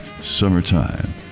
summertime